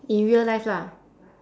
in real life lah